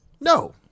no